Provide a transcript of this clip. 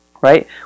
right